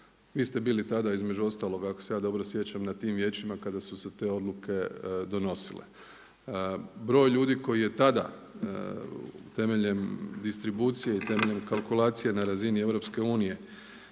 Vi ste bili tada između ostalog ako se ja dobro sjećam na tim vijećima kada su se te odluke donosile. Broj ljudi koji je tada temeljem distribucije i temeljem kalkulacije na razini EU